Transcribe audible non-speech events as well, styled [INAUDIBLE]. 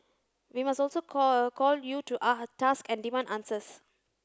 we must also call call you to [UNINTELLIGIBLE] task and demand answers